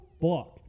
fuck